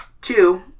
Two